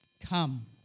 come